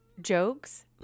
jokes